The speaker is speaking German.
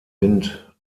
wind